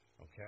Okay